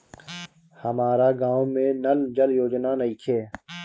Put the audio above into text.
हमारा गाँव मे नल जल योजना नइखे?